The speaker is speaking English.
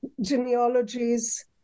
genealogies